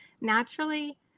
naturally